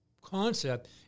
concept